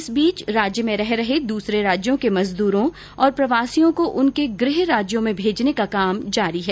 इस बीच राज्य में रह रहे दूसरे राज्यों के मजदूरों और प्रवासियों को उनके गृह राज्यों में भेजने का काम जारी है